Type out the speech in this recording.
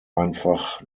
einfach